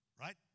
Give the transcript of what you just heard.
right